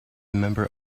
member